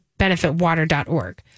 benefitwater.org